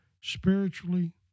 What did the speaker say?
spiritually